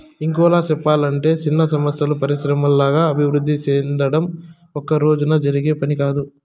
ఇంకోలా సెప్పలంటే చిన్న సంస్థలు పరిశ్రమల్లాగా అభివృద్ధి సెందడం ఒక్కరోజులో జరిగే పని కాదు